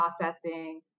processing